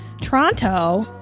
Toronto